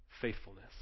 faithfulness